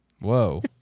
Whoa